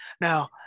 now